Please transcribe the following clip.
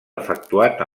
efectuat